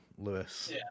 Lewis